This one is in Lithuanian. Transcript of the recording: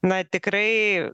na tikrai